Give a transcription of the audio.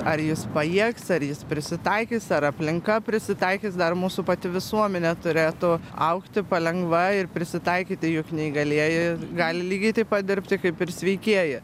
ar jis pajėgs ar jis prisitaikys ar aplinka prisitaikys dar mūsų pati visuomenė turėtų augti palengva ir prisitaikyti juk neįgalieji gali lygiai taip pat dirbti kaip ir sveikieji